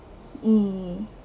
mm